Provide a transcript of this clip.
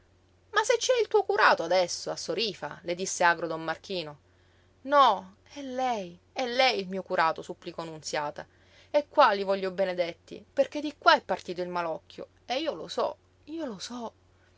ma se ci hai il tuo curato adesso a sorífa le disse agro don marchino no è lei è lei il mio curato supplicò nunziata e qua li voglio benedetti perché di qua è partito il malocchio e io lo so io lo so